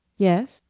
yes?